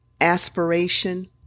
aspiration